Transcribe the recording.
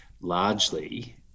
largely